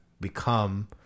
become